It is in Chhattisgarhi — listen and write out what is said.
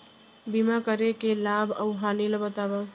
बीमा करे के लाभ अऊ हानि ला बतावव